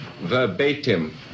verbatim